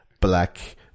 black